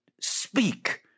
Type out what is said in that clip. speak